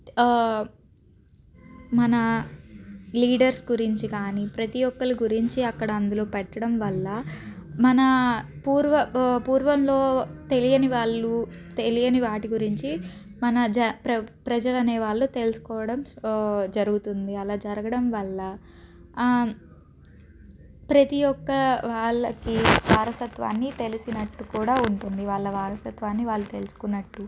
మన లీడర్స్ గురించి కానీ ప్రతి ఒక్కరి గురించి అక్కడ అందులో పెట్టడం వల్ల మన పూర్వ పూర్వంలో తెలియని వాళ్ళు తెలియని వాటి గురించి మన జన ప్రభ ప్రజలు అనేవాళ్ళు తెలుసుకోవడం జరుగుతుంది అలా జరగడం వల్ల ప్రతి ఒక్క వాళ్ళకి వారసత్వాన్ని తెలిసినట్టు కూడా ఉంటుంది వాళ్ళ వారసత్వాన్ని వాళ్ళు తెలుసుకున్నట్టు